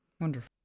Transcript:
Wonderful